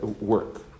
work